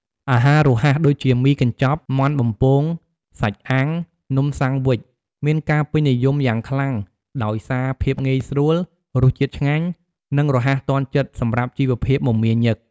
អាហាររហ័ស ដូចជា មីកញ្ចប់ មាន់បំពង សាច់អាំង នំសាំងវិច មានការពេញនិយមយ៉ាងខ្លាំងដោយសារភាពងាយស្រួល រសជាតិឆ្ងាញ់ និងរហ័សទាន់ចិត្តសម្រាប់ជីវភាពមមាញឹក។